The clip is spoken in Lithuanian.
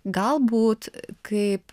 galbūt kaip